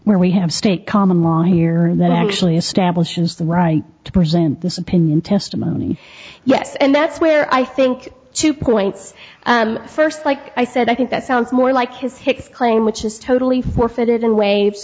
where we have state common law here that actually establishes the right to present this opinion testimony yes and that's where i think two points first like i said i think that sounds more like his hicks claim which is totally forfeited in